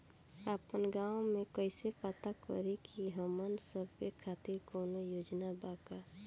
आपन गाँव म कइसे पता करि की हमन सब के खातिर कौनो योजना बा का?